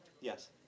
Yes